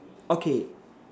okay